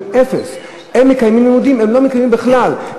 החינוך המוכר שאינו רשמי,